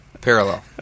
Parallel